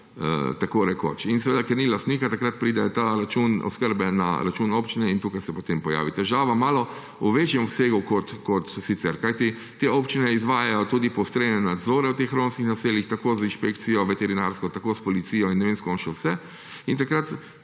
tako rekoč. In ker ni lastnika, takrat pride ta račun oskrbe na račun občine in tukaj se potem pojavi težava v malo večjem obsegu kot sicer. Kajti te občine izvajajo tudi poostrene nadzore v teh romskih naseljih z veterinarsko inšpekcijo, s policijo in ne vem, s kom še vse. In takrat